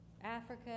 Africa